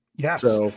Yes